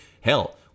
Hell